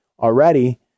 already